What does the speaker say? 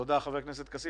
תודה, ח"כ כסיף.